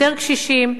יותר קשישים,